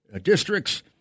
districts